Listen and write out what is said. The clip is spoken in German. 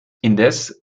indes